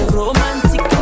romantic